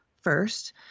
first